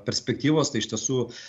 perspektyvos tai iš tiesų